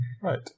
Right